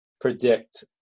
predict